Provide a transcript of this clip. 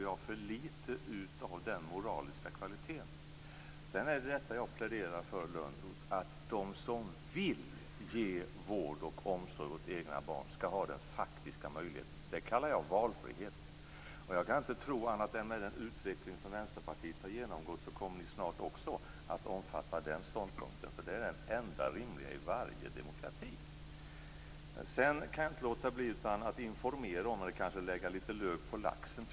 Det finns för litet av den moraliska kvaliteten. Det jag pläderar för, Johan Lönnroth, är att de som vill ge vård och omsorg åt sina egna barn skall ha den faktiska möjligheten att göra det. Det kallar jag valfrihet. Jag kan inte tro annat än att med den utveckling som Vänsterpartiet har genomgått kommer också ni att snart omfatta den ståndpunkten. Det är den enda rimliga i varje demokrati. Sedan kan jag inte låta bli att ge litet information - även om någon kanske tycker att jag lägger lök på laxen.